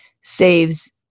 saves